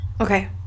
Okay